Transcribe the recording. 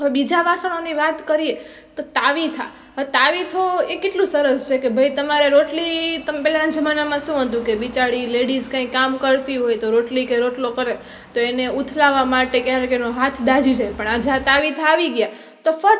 હવે બીજા વાસણોણી વાત કરીએ તો તાવીથા હવે તાવીથો એ કેટલું સરસ છેકે ભઇ તમારે રોટલી તમે પહેલાના જમાનામાં શું હતું કે બિચારી લેડિસ કંઈ કામ કરતી હોય તો રોટલી કે રોટલો કરે તો એને ઉથલાવવા માટે ક્યારેક એનો હાથ દાઝી જાય પણ આ જ્યાં તવીથા આવી ગયાં તો ફટ